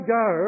go